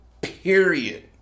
period